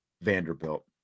Vanderbilt